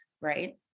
Right